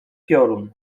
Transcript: piorun